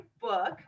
book